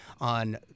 on